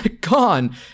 gone